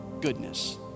goodness